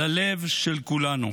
ללב של כולנו.